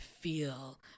feel